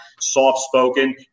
soft-spoken